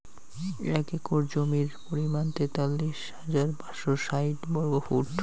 এক একর জমির পরিমাণ তেতাল্লিশ হাজার পাঁচশ ষাইট বর্গফুট